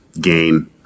gain